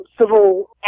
civil